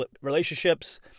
relationships